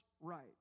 right